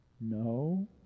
No